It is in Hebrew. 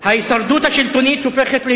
זו היתה קריאת ביניים ראויה,